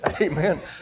Amen